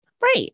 Right